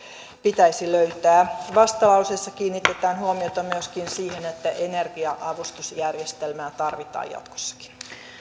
pitäisi löytää vastalauseessa kiinnitetään huomiota myöskin siihen että energia avustusjärjestelmää tarvitaan jatkossakin